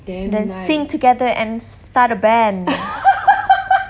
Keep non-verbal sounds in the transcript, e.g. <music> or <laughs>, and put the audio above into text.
then sing together and start a band <laughs>